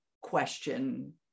question